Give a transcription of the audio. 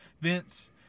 vince